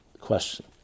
question